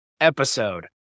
episode